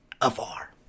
afar